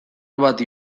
bati